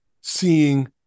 seeing